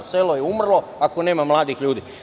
Selo je umrlo ako nema mladih ljudi.